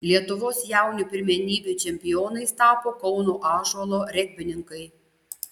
lietuvos jaunių pirmenybių čempionais tapo kauno ąžuolo regbininkai